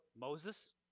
moses